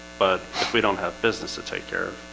but we don't have business to take care